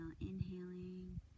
inhaling